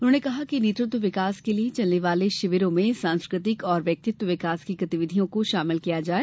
उन्होंने कहा कि नेतृत्व विकास के लिये चलने वाले शिविरों में सांस्कृतिक और व्यक्तित्व विकास की गतिविधियों को शामिल किया जाये